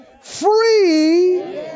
free